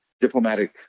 Diplomatic